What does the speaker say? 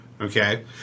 Okay